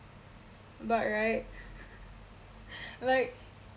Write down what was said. but right like